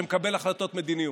שמקבל החלטות מדיניות.